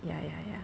ya ya ya